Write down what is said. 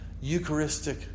Eucharistic